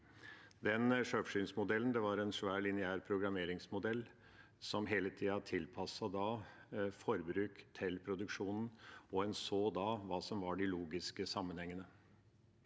Den sjølforsyningsmodellen var en svær, lineær programmeringsmodell som hele tida tilpasset forbruk til produksjonen, og da så en hva som var de logiske sammenhengene.